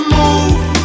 move